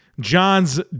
John's